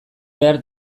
behar